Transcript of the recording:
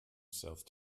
south